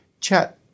chat